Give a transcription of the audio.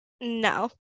No